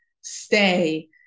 stay